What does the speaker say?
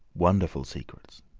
wonderful secrets!